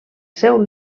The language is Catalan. seu